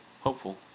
Hopeful